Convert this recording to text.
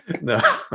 no